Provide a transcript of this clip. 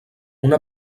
una